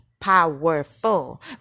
powerful